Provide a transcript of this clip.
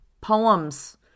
poems